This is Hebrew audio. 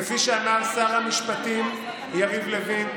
כפי שאמר שר המשפטים יריב לוין,